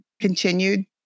continued